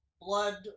blood